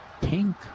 pink